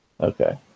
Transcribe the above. Okay